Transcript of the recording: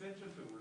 סט של פעולות,